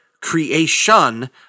creation